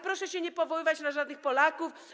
Proszę się nie powoływać na żadnych Polaków.